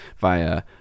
via